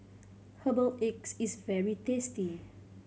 herbal eggs is very tasty